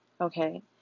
okay